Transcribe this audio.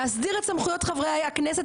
להסדיר את סמכויות חברי הכנסת,